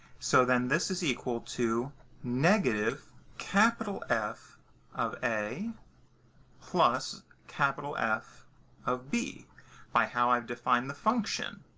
so then, this is equal to negative capital f of a plus capital f of b by how i've defined the function.